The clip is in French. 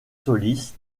soliste